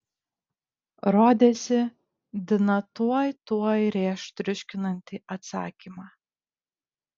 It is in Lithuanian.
rodėsi dina tuoj tuoj rėš triuškinantį atsakymą